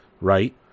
Right